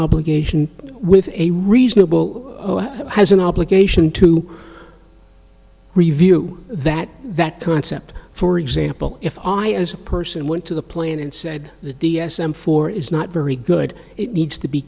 obligation with a reasonable has an obligation to review that that concept for example if i as a person went to the plan and said the d s m four is not very good it needs to be